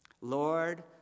Lord